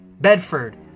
Bedford